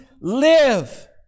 live